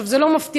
זה לא מפתיע,